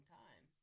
time